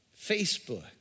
Facebook